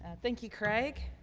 thank you, craig.